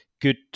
good